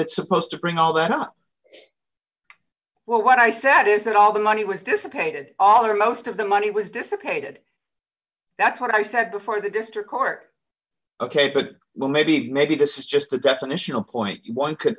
that's supposed to bring all that up what i said is that all the money was dissipated all or most of the money was dissipated that's what i said before the district court ok but well maybe maybe this is just the definitional point one could